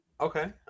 okay